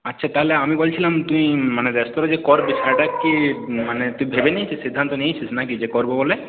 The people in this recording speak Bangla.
আচ্ছা তাহলে আমি বলছিলাম তুই মানে রেস্তোরাঁ যে করবি সেটা কি মানে তুই ভেবে নিয়েছিস সিদ্ধান্ত নিয়েছিস নাকি যে করবো বলে